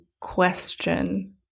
question